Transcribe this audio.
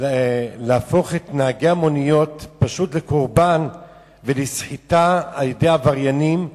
להפוך את נהגי המוניות לקורבן לסחיטה על-ידי עבריינים.